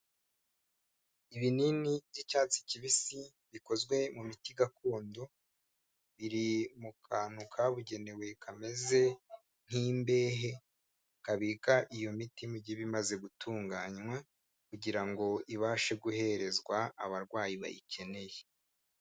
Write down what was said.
Ibinini by'icyatsi kibisi bikozwe mu miti gakondo biri mu kantu kabugenewe kameze nk'imbehe kabika iyo miti iba imaze gutunganywa kugira ngo ibashe guherezwa abarwayi bayikeneye.